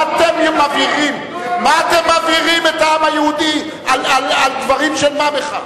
מה אתם מבעירים את העם היהודי על דברים של מה בכך?